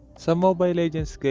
so mobile legends